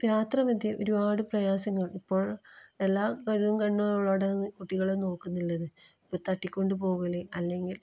യാത്രാമധ്യേ ഒരുപാട് പ്രയാസങ്ങൾ ഇപ്പോൾ എല്ലാ കഴുകൻ കണ്ണുകളും അവിടെ നിന്ന് കുട്ടികളെ നോക്കുന്നുള്ളത് തട്ടികൊണ്ട് പോകൽ അല്ലെങ്കിൽ